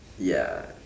ya